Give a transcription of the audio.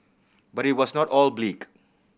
but it was not all bleak